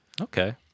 Okay